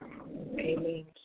Amen